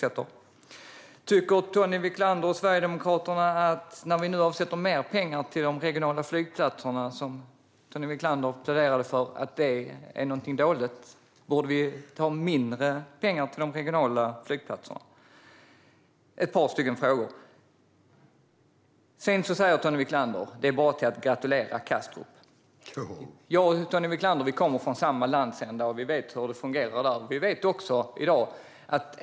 Tycker Tony Wiklander och Sverigedemokraterna att det är dåligt att vi nu avsätter mer pengar till de regionala flygplatserna, vilka Tony Wiklander pläderade för? Borde vi ge mindre pengar till de regionala flygplatserna? Det var ett par frågor. Tony Wiklander säger att det bara är att gratulera Kastrup. Jag och Tony Wiklander kommer från samma landsända. Vi vet hur det fungerar där.